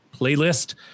playlist